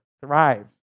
thrives